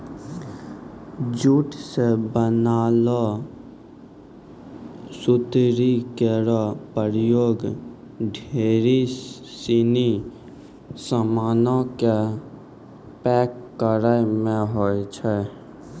jute सें बनलो सुतरी केरो प्रयोग ढेरी सिनी सामानो क पैक करय म होय छै